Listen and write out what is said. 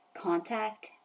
Contact